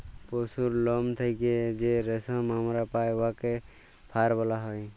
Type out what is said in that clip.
পশুর লম থ্যাইকে যে রেশম আমরা পাই উয়াকে ফার ব্যলা হ্যয়